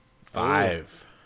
Five